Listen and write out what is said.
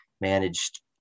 managed